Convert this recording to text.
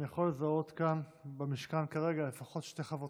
אני יכול לזהות כאן במשכן כרגע לפחות שתי חברות